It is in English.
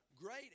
great